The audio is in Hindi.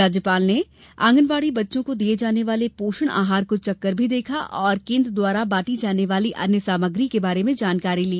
राज्यपाल ने आँगनबाड़ी बच्चों को दिये जाने वाले पोषण आहार को चखकर भी देखा और केन्द्र द्वारा बाँटी जाने वाली अन्य सामग्री के बारे में जानकारी ली